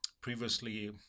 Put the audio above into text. previously